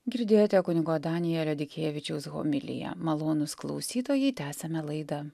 girdėjote kunigo danielio dikevičiaus homiliją malonūs klausytojai tęsiame laidą